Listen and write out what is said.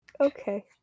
Okay